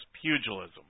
pugilism